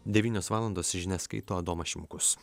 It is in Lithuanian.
devynios valandos žinias skaito adomas šimkus